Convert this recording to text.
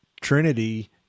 Trinity